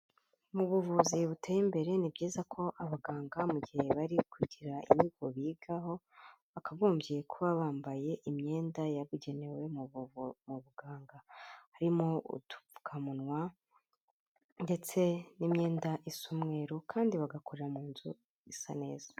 Mu buvuzi buteye imbere ni byiza ko abaganga mu gihe bari kugira inyigo bigaho bakagombye kuba bambaye imyenda yabugenewe buganga harimo udupfukamunwa ndetse n'imyenda isa umweru kandi bagakorera mu nzu isa neza.